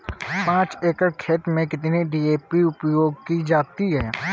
पाँच एकड़ खेत में कितनी डी.ए.पी उपयोग की जाती है?